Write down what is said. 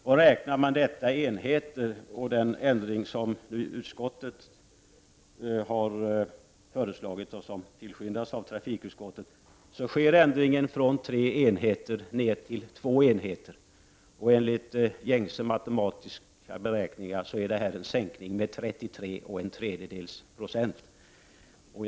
Man kan också räkna i enheter — från 3 till 2—, och enligt gängse matematiska beräkningar är den sänkning som nu föreslås av trafikutskottet en sänkning med 33 1/3 96.